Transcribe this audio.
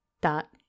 dot